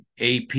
AP